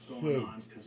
kids